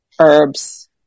herbs